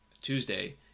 Tuesday